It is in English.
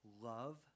love